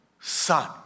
Son